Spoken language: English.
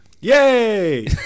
Yay